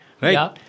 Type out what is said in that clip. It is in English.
Right